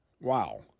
Wow